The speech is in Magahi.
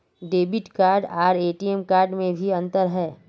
डेबिट कार्ड आर टी.एम कार्ड में की अंतर है?